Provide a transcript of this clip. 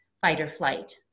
fight-or-flight